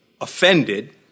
offended